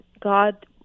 God